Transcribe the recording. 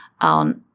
on